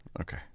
Okay